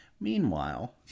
Meanwhile